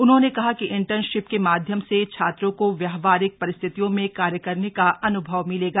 उन्होंने कहा कि इंटर्नशिप के माध्यम से छात्रों को व्यावहारिक परिस्थितियों में कार्य करने का अनुभव मिलेगा